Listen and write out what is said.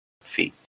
feet